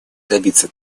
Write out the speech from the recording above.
добиться